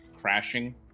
crashing